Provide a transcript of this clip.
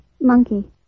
monkey